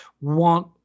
want